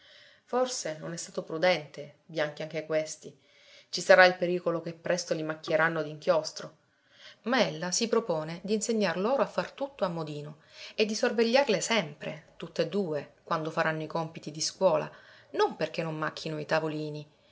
forse non è stato prudente bianchi anche questi ci sarà il pericolo che presto li macchieranno d'inchiostro ma ella si propone d'insegnar loro a far tutto a modino e di sorvegliarle sempre tutt'e due quando faranno i compiti di scuola non perché non macchino i tavolini